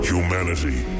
Humanity